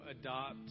adopt